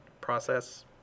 process